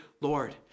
Lord